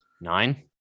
Nine